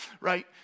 right